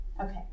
Okay